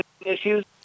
issues